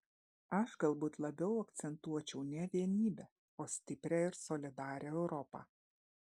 aš galbūt labiau akcentuočiau ne vienybę o stiprią ir solidarią europą